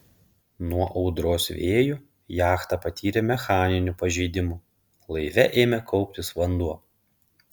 nuo audros vėjų jachta patyrė mechaninių pažeidimų laive ėmė kauptis vanduo